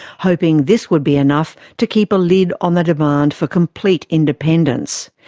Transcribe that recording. hoping this would be enough to keep a lid on the demand for complete independence.